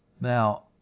Now